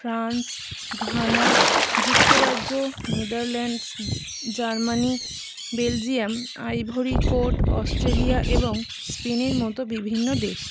France Ghana যুক্তরাজ্য Netherlands Germany Belgium Ivory Coast Australia এবং স্পেনের মতো বিভিন্ন দেশ